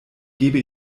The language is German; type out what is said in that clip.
gebe